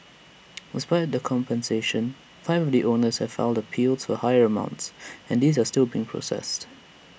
despite the compensation five of the owners have filed appeals for higher amounts and these are still being processed